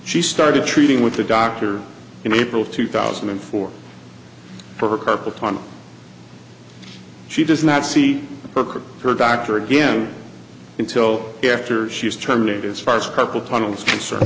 she started treating with the doctor in april two thousand and four for her carpal tunnel she does not see the perk of her doctor again until after she is terminated as far as carpal tunnel is concerned